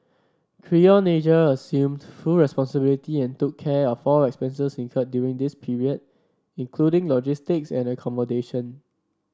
Creon Asia assumed full responsibility and took care of all expenses incurred during this period including logistics and accommodation